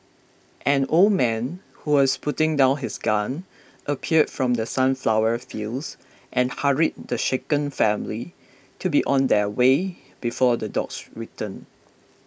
an old man who was putting down his gun appeared from the sunflower fields and hurried the shaken family to be on their way before the dogs return